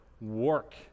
Work